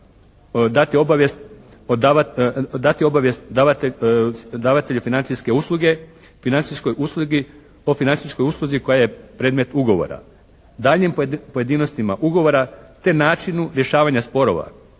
dati obavijest davatelju financijske usluge financijskoj uslugi, o financijskoj usluzi koja je predmet ugovora, daljnjim pojedinostima ugovora te načinu rješavanju sporova.